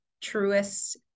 truest